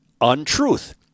untruth